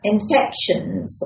Infections